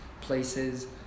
places